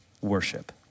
worship